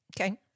Okay